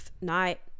night